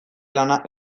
lana